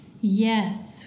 Yes